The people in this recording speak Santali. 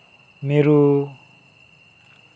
ᱢᱤᱨᱩ